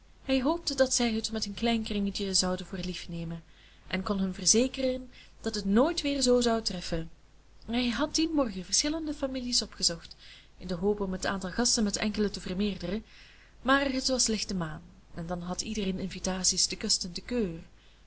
hij hoopte dat zij het met hun klein kringetje zouden voor lief nemen en kon hun verzekeren dat het nooit weer zoo zou treffen hij had dien morgen verschillende families opgezocht in de hoop om het aantal gasten met enkele te vermeerderen maar het was lichte maan en dan had iedereen invitaties te kust en te keur